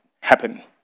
happen